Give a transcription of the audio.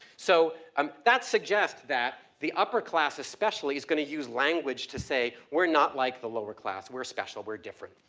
so um that suggests that the upper class especially is gonna use language to say we are not like the lower class, we are special, we are different.